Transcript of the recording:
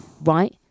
right